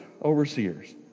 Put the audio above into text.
overseers